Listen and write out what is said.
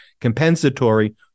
compensatory